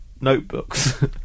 notebooks